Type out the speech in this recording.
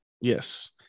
Yes